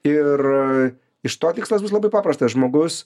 ir iš to tikslas bus labai paprastas žmogus